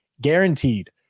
guaranteed